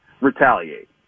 retaliate